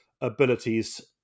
abilities